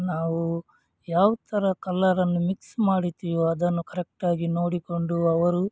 ನಾವು ಯಾವ ಥರ ಕಲರನ್ನು ಮಿಕ್ಸ್ ಮಾಡುತೀವೋ ಅದನ್ನು ಕರೆಕ್ಟಾಗಿ ನೋಡಿಕೊಂಡು ಅವರು